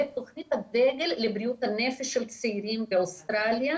תוכנית הדגל לבריאות הנפש של צעירים באוסטרליה,